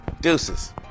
deuces